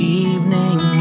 evening